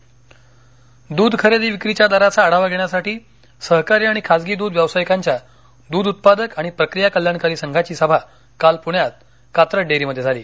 दध दर वाढ द्ध खरेदी विक्रीच्या दराचा आढावा घेण्यासाठी सहकारी आणि खासगी द्ध व्यावसायिकांच्या द्ध उत्पादक आणि प्रक्रिया कल्याणकारी संघाची सभा काल पुण्यात कात्रज डेअरीमध्ये झाली